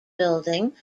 building